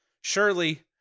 surely